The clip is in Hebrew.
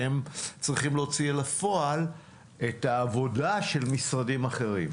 שהם צריכים להוציא אל הפועל את העבודה של משרדים אחרים.